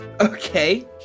Okay